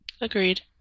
Agreed